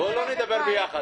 בואו לא נדבר ביחד.